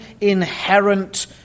inherent